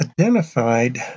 Identified